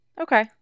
Okay